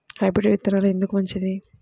Hybrid విత్తనాలు ఎందుకు మంచిది?